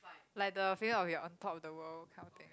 like the feeling of you're on top of the world kind of thing